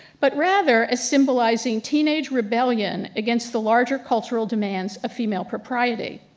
but rather symbolizing teenage rebellion against the larger cultural demands of female propriety.